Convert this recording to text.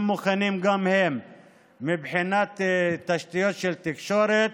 מוכנים גם הם מבחינת תשתיות של תקשורת,